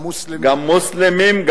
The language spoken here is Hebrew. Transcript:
גם מוסלמים.